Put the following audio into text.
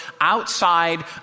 outside